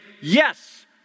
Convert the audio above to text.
yes